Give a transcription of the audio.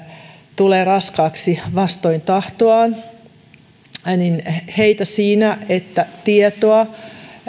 tulee raskaaksi vastoin tahtoaan siinä että tietoa